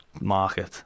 market